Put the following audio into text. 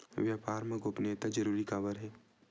व्यापार मा गोपनीयता जरूरी काबर हे?